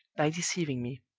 by deceiving me